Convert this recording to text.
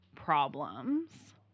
problems